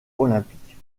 olympique